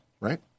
right